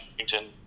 Washington